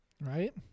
Right